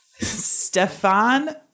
Stefan